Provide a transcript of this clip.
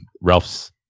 Ralph's